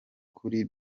kuli